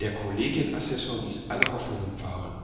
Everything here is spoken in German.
der kollegien assessor ließ alle hoffnungen fahren